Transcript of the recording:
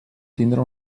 tindre